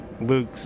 Luke